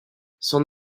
son